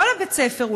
כל בית-הספר,